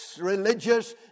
religious